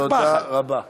תודה רבה לך,